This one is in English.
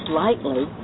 lightly